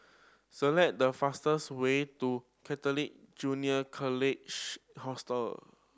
select the fastest way to Catholic Junior College Hostel